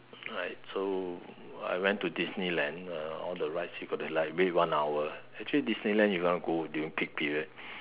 right so I went to Disneyland uh all the rides you got like wait one hour actually Disneyland you want to go during peak period